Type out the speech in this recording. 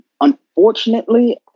unfortunately